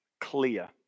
clear